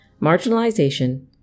marginalization